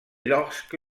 lorsque